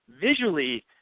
visually